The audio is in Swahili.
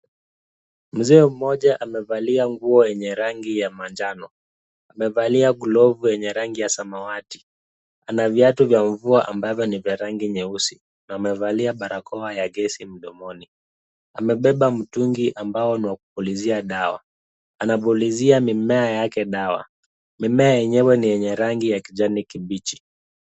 Mzee mmoja amevalia nguo yenye rangi ya manjano, amevalia glovu yenye rangi ya samawati, ana viatu vya mvua ambavyo ni vya rangi nyeusi na amevalia barakoa ya gesi mdomoni. Amebeba mtungi ambao ni wa kupulizia dawa, anapulizia mimea yake dawa, mimea yenyewe ni yenye rangi ya kijani kibichi.